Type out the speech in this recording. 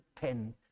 pen